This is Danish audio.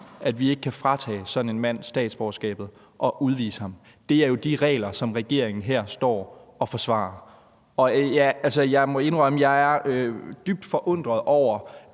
at vi ikke kan fratage sådan en mand statsborgerskabet og udvise ham, er jo de regler, som regeringen her står og forsvarer. Jeg må indrømme, jeg er dybt forundret over,